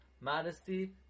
modesty